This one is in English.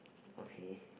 okay